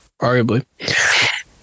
Arguably